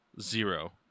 Zero